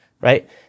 right